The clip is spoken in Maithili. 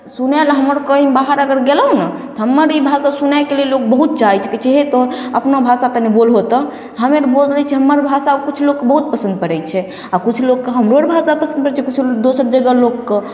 सुनय लए हमर कहीँ बाहर अगर गेलहुँ ने तऽ हमर ई भाषा सुनयके लिये लोक बहुत चाहय छै कहय छै हे तोँ अपना भाषा कनि बोलहौ तऽ हमे अर बोलय छियै हमर भाषा किछु लोगके बहुत पसन्द पड़य छै आओर किछु लोगके हमरो अर भाषा पसन्द पड़य छै किछु दोसर जगहके लोकके